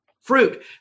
fruit